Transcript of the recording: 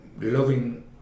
loving